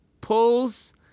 pulls